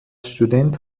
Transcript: student